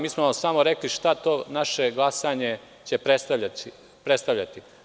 Mi smo vam samo rekli šta će to naše glasanje predstavljati.